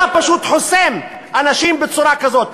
אתה פשוט חוסם אנשים בצורה כזאת.